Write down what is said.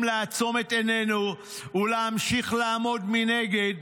לעצום את עינינו ולהמשיך לעמוד מנגד,